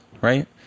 right